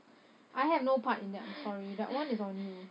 I had no part in that I'm sorry that one is on you